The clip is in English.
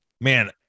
man